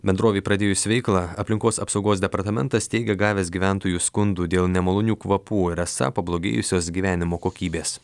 bendrovei pradėjus veiklą aplinkos apsaugos departamentas teigia gavęs gyventojų skundų dėl nemalonių kvapų ir esą pablogėjusios gyvenimo kokybės